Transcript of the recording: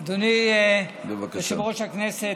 אדוני יושב-ראש הכנסת,